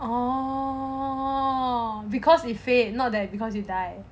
oh because it fade not that because